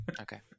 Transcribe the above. Okay